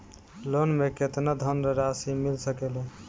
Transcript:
Loan मे केतना धनराशी मिल सकेला?